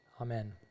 amen